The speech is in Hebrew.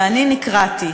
ואני נקרעתי,